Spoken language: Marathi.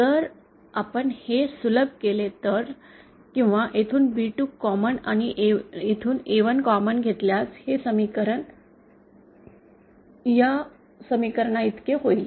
जर आपण हे सुलभ केले तर किंवा येथून B2 कॉमन आणि येथून A1 कॉमन घेतल्यास हे समीकरण या समीकरणाइतके होईल